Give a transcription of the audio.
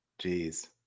jeez